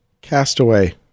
Castaway